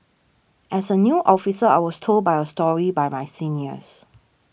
as a new officer I was told by a story by my seniors